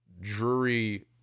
Drury